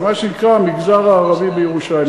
מה שנקרא המגזר הערבי בירושלים,